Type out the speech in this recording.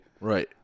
Right